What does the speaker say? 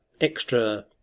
extra